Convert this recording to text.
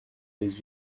des